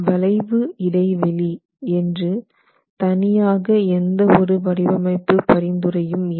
வளைவு இடைவெளி என்று தனி ஆக எந்த ஒரு வடிவமைப்பு பரிந்துரையும் இல்லை